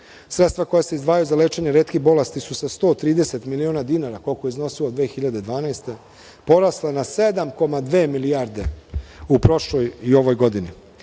Srbiji. Sredstva koja se izdvajaju za lečenje retkih bolesti su sa 130 miliona dinara, koliko je iznosilo 2012. godine, porasla na 7,2 milijarde dinara u prošloj i ovoj godini.